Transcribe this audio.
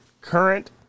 current